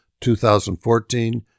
2014